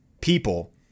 people